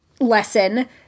lesson